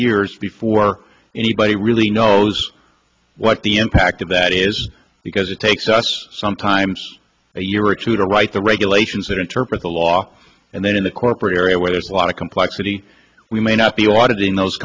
years before anybody really knows what the impact of that is because it takes us sometimes a year or two to write the regulations that interpret the law and then in the corporate area where there's a lot of complexity we may not be audited in those